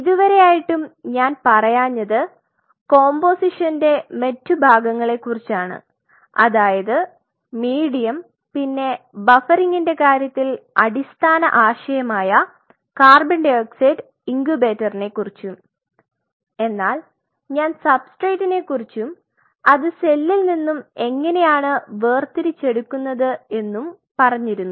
ഇതുവരെയായിട്ടും ഞാൻ പറയാഞ്ഞത് കോമ്പോസിഷൻറെ മറ്റു ഭാഗങ്ങളെ കുറിച്ചാണ് അതായത് മീഡിയം പിന്നെ ബഫറിംഗിൻറെ കാര്യത്തിൽ അടിസ്ഥാന ആശയമായ co2 ഇങ്കുബേറ്റർനെ കുറിച്ചും എന്നാൽ ഞാൻ സബ്സ്ട്രേറ്റിനെ കുറിച്ചും അത് സെല്ലിൽ നിന്നും എങ്ങനെയാണ് വേർതിരിച്ചു എടുക്കുന്നത് എന്നും പറഞ്ഞിരുന്നു